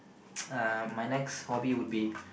um my next hobby would be